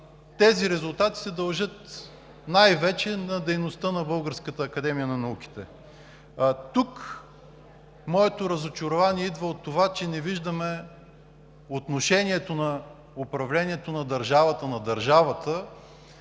науките, а те се дължат най-вече на дейността на Българската академия на науките. Тук моето разочарование идва от това, че не виждаме отношението на управлението на държавата към